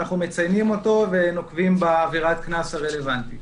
אנחנו מציינים אותו ונוקבים בעבירת קנס הרלוונטית,